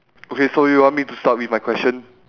okay so you want me to start with my question